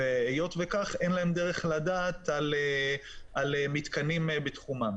וכפי שנקבע בתחומים